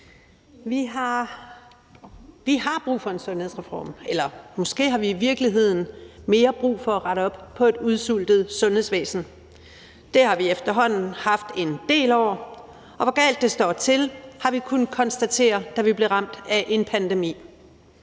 Vi har brug for en sundhedsreform, eller måske har vi i virkeligheden mere brug for at rette op på et udsultet sundhedsvæsen. Det har vi efterhånden haft en del år, og hvor galt det står til, har vi kunnet konstateret, da vi blev ramt af en pandemi.